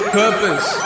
purpose